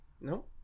no